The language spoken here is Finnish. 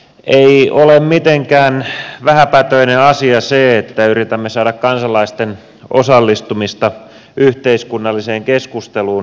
ei ole mitenkään vähäpätöinen asia se että yritämme saada kansalaisten osallistumista yhteiskunnalliseen keskusteluun paremmaksi